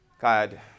God